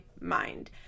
mind